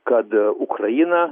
kad ukraina